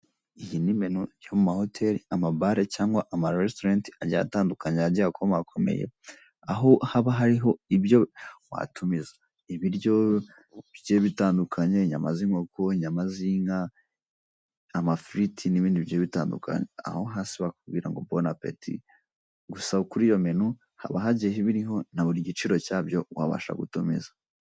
Iyi ni menu yo mu ma hoteri ama bar cyangwa ama restaurant agiye atandukanye agiye akomakomeye aho haba hariho ibyo watumiza ibiryo bigiye bitandukanye inyama z'inkoko inyama z'inka amafiriti nibindi bigiye bitandukanye aho hasi bakubwirango bonne appetit gusa kuri iyo menu haba hagiye ibiriho na buri giciro cyabyo wabasha gutumiza.